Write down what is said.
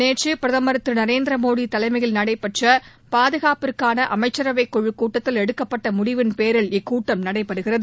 நேற்று பிரதமர் திரு நரேந்திர மோடி தலைமையில் நடைபெற்ற பாதுகாப்புக்கான அமைச்சரவைக் குழுக் கூட்டத்தில் எடுக்கப்பட்ட முடிவின் பேரில் இக்கூட்டம் நடைபெறுகிறது